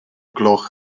gloch